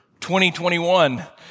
2021